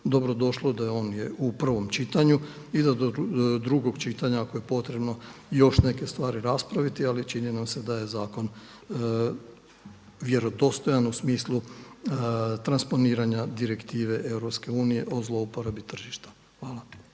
dobrodošlo da je on u prvom čitanju i da do drugog čitanja ako je potrebno još neke stvari raspraviti, ali čini nam se da je zakon vjerodostojan u smislu transponiranja direktive EU o zlouporabi tržišta. Hvala.